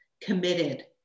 committed